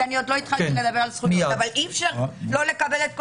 אבל אי-אפשר לא לקבל את הנתונים.